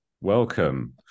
Welcome